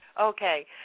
Okay